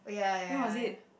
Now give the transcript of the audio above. when was it